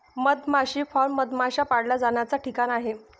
मधमाशी फार्म मधमाश्या पाळल्या जाण्याचा ठिकाण आहे